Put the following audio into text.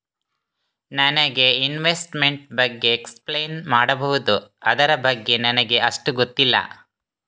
ನನಗೆ ಇನ್ವೆಸ್ಟ್ಮೆಂಟ್ ಬಗ್ಗೆ ಎಕ್ಸ್ಪ್ಲೈನ್ ಮಾಡಬಹುದು, ಅದರ ಬಗ್ಗೆ ನನಗೆ ಅಷ್ಟು ಗೊತ್ತಿಲ್ಲ?